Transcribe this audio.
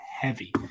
heavy